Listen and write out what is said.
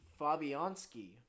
Fabianski